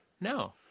No